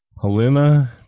Helena